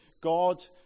God